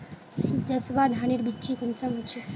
जसवा धानेर बिच्ची कुंसम होचए?